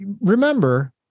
remember